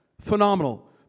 phenomenal